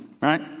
right